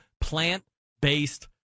plant-based